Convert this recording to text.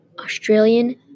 Australian